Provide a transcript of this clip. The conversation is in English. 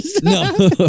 No